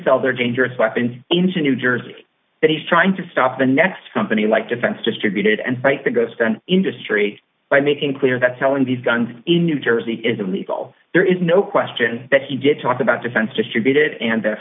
sell their dangerous weapons into new jersey that he's trying to stop the next company like defense distributed and fight the good stuff industry by making clear that selling these guns in new jersey isn't legal there is no question that he did talk about defense distributed and the